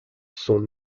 sont